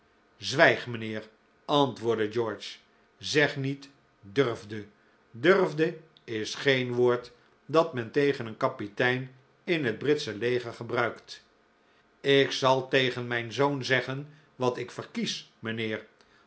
zwijg mijnheer antwoordde george zeg niet durfde durfde is geen woord dat men tegen een kapitein in het britsche leger gebruikt ik zal tegen mijn zoon zeggen wat ik verkies mijnheer